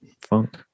funk